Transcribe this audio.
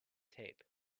tape